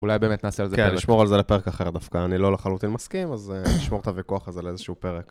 אולי באמת נעשה על זה פרק אחר. כן, לשמור על זה לפרק אחר דווקא, אני לא לחלוטין מסכים, אז נשמור את הוויכוח הזה לאיזשהו פרק.